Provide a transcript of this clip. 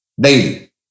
daily